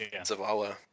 Zavala